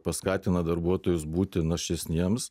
paskatina darbuotojus būti našesniems